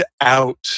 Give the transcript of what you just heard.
out